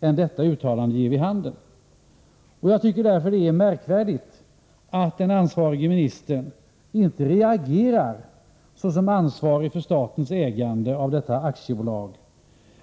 Jag tycker därför att det är märkvärdigt att den ansvarige ministern inte reagerar, såsom ansvarig för statens ägande av detta aktiebolag,